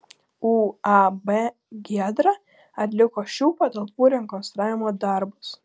uab giedra atliko šių patalpų rekonstravimo darbus